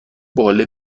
باله